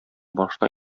башына